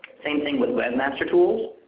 same thing with web master tools,